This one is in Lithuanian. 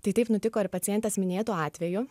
tai taip nutiko ir pacientės minėtu atveju